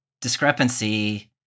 discrepancy